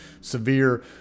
severe